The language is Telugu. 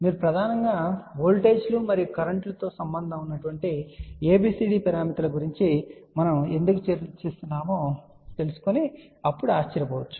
మీరు ప్రధానంగా ఓల్టేజ్ లు మరియు కరెంట్ లు తో సంబంధం ఉన్న ABCD పారామితుల గురించి మనము ఎందుకు చర్చిస్తున్నామో తెలుసుకొని అప్పుడు ఆశ్చర్యపోవచ్చు